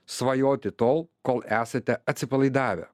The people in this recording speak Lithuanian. svajoti tol kol esate atsipalaidavę